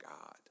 God